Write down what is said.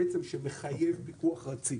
שמחייב פיקוח רציף,